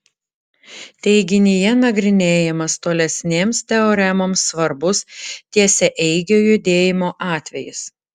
teiginyje nagrinėjamas tolesnėms teoremoms svarbus tiesiaeigio judėjimo atvejis